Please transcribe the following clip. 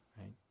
right